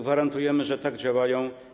Gwarantujemy: tak, działają.